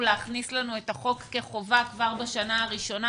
להכניס לנו את החוק כחובה כבר בשנה הראשונה,